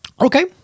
Okay